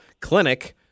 Clinic